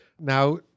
now